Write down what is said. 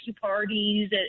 parties